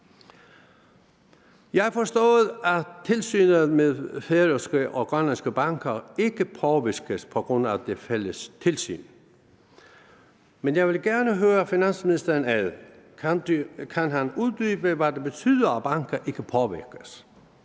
har forstået, at tilsynet med færøske og grønlandske banker ikke påvirkes af det fælles tilsyn, men jeg vil gerne høre finansministeren, om han kan uddybe, hvad det betyder, at banker ikke påvirkes.